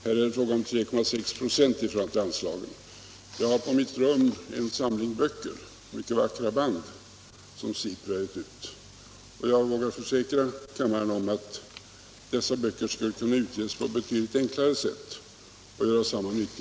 Här är det fråga om en prutning med 3,6 26 av det begärda anslaget. SIPRI har givit ut en samling böcker, mycket vackra band. Jag kan försäkra kammaren att dessa böcker skulle kunna ges ut på ett betydligt enklare sätt och ändå göra samma nytta.